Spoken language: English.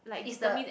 is the